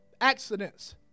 accidents